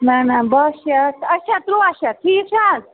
نہَ نہَ باہ شتھ اَچھا تُرٛواہ شتھ ٹھیٖک چھا حظ